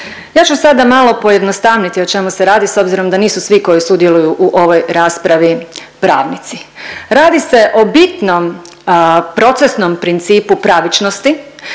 Ja ću sada malo pojednostavniti o čemu se radi s obzirom da nisu svi koji sudjeluju u ovoj raspravi pravnici. Radi se o bitnom procesnom principu pravičnosti